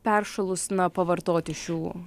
peršalus na pavartoti šių